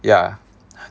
ya